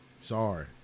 Sorry